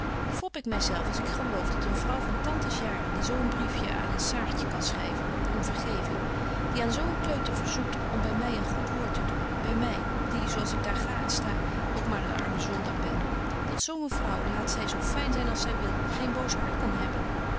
ik my zelf als ik geloof dat een vrouw van tantes jaren die zo een briefje aan saartje kan schryven om vergeving die aan zo een kleuter verzoekt om by my een goed woord te doen by my die zo als ik daar ga en sta ook maar een armen zondaar ben dat zo een vrouw laat zy zo fyn zyn als zy wil geen boos hart kan hebben